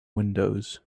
windows